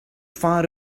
find